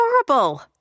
Adorable